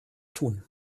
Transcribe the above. tun